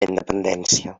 independència